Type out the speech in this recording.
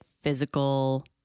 physical